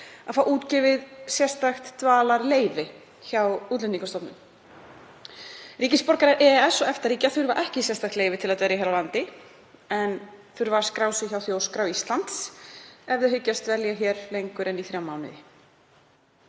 að fá útgefið sérstakt dvalarleyfi hjá Útlendingastofnun. Ríkisborgarar EES- og EFTA-ríkja þurfa ekki sérstakt leyfi til að dvelja hér á landi en þurfa að skrá sig hjá Þjóðskrá Íslands ef þeir hyggjast dvelja hér lengur en í þrjá mánuði.